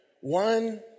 One